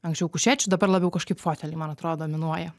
anksčiau kušečių dabar labiau kažkaip fotely man atrodo minuoja